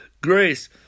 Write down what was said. grace